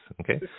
Okay